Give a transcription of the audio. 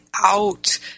out